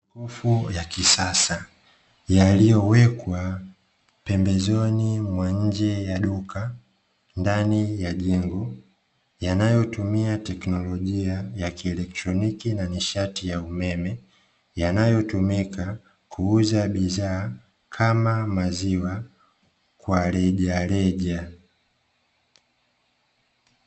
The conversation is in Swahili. MIfumo ya kisasa yaliyowekwa pembezoni mwa duka ndani ya jengo, yanayotumia teknologia ya kielotroniki na nishati ya umeme yanayotumika kuuza bidhaa kama; maziwa kwa rejareja.